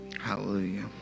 Hallelujah